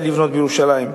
לבנות בירושלים.